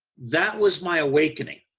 that was my awakening.